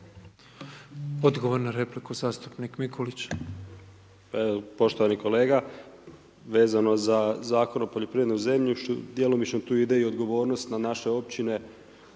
Odgovor na repliku, zastupnik Mikulić. **Mikulić, Domagoj (HDZ)** Poštovani kolega, vezano za Zakon o poljoprivrednom zemljištu, djelomično tu ide odgovornost i na naše općine